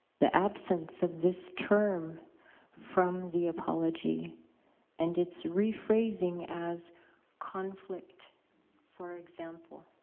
the absence of this term from the apology and it's rephrasing as conflict for example.